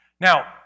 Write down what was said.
Now